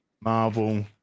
Marvel